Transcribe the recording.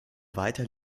weiter